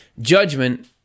Judgment